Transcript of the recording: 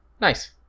Nice